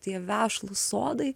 tie vešlūs sodai